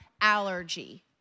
allergy